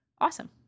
Awesome